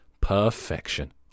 Perfection